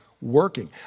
working